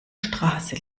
straße